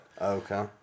Okay